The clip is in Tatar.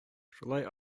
шулай